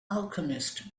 alchemist